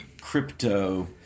crypto